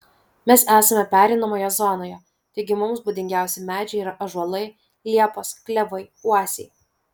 mes esame pereinamoje zonoje taigi mums būdingiausi medžiai yra ąžuolai liepos klevai uosiai